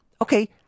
Okay